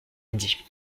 midi